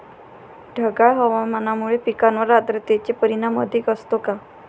ढगाळ हवामानामुळे पिकांवर आर्द्रतेचे परिणाम अधिक असतो का?